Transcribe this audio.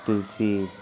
तुलसी